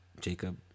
Jacob